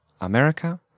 America